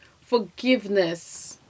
Forgiveness